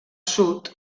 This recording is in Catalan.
sud